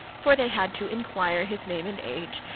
for they had to enquire his name and age,